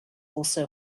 also